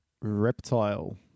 Reptile